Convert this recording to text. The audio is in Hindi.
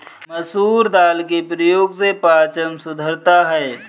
मसूर दाल के प्रयोग से पाचन सुधरता है